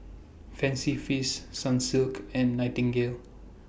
Fancy Feast Sunsilk and Nightingale